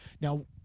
Now